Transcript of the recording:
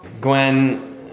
Gwen